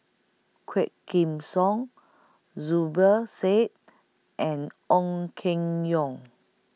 Quah Kim Song Zubir Said and Ong Keng Yong